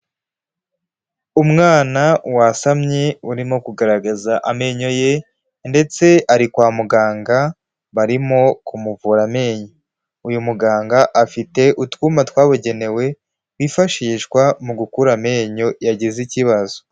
Umwana wasamye urimo kugaragaza amenyo ye ndetse ari kwa muganga barimo kumuvura amenyo, uyu muganga afite utwuma twabugenewe wifashishwa mu gukura amenyo yagize ikibazo.